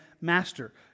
Master